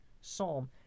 psalm